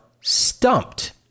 stumped